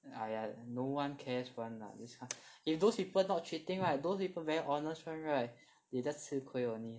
!aiya! no one cares [one] lah those kind if those people not cheating right those people very honest [one] right they just 吃亏 only